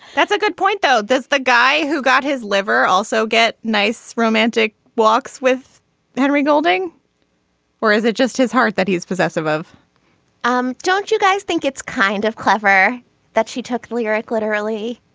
that's a good point though. does the guy who got his liver also get nice romantic walks with henry golding or is it just his heart that he's possessive of um don't you guys think it's kind of clever that she took the lyric literally.